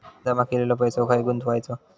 जमा केलेलो पैसो खय गुंतवायचो?